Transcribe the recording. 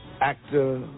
actor